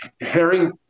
Herring